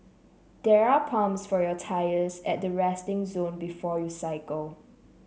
there are pumps for your tyres at the resting zone before you cycle